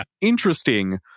interesting